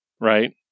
Right